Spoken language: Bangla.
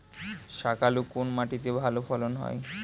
শাকালু কোন মাটিতে ভালো ফলন হয়?